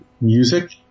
music